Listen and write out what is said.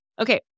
okay